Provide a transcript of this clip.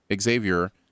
Xavier